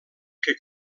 que